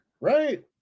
Right